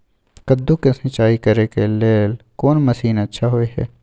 कद्दू के सिंचाई करे के लेल कोन मसीन अच्छा होय है?